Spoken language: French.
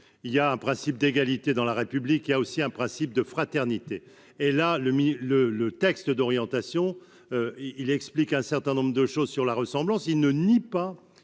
il y a un principe d'égalité dans la République, il a aussi un principe de fraternité, et là le le le texte d'orientation, il explique un certain nombre de choses sur la ressemblance, il ne nie pas